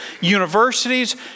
universities